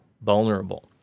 vulnerable